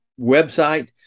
website